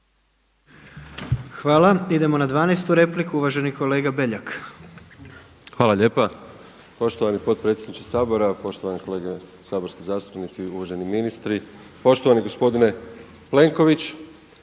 Hvala. Idemo na 12. repliku, uvaženi kolega Beljak. **Beljak, Krešo (HSS)** Hvala lijepa. Poštovani potpredsjedniče Sabora, poštovani kolege saborski zastupnici, uvaženi ministri, poštovani gospodine Plenković.